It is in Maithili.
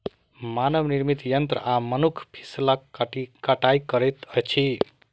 मानव निर्मित यंत्र आ मनुख फसिलक कटाई करैत अछि